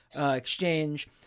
exchange